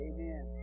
Amen